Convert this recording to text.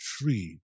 free